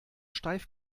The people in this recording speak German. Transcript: steif